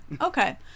Okay